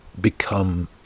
become